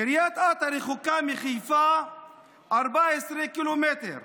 קריית אתא רחוקה מחיפה 14 קילומטר,